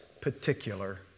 particular